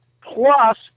Plus